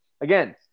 Again